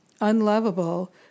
unlovable